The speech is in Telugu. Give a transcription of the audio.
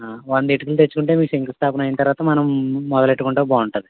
వంద ఇటుకలు తెచ్చుకుంటే మీ శంకుస్థాపన అయిన తర్వాత మనం మొదలెట్టుకుంటే బాగుంటుంది